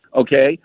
okay